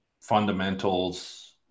fundamentals